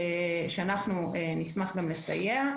שאנחנו גם נשמח לסייע,